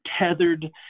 tethered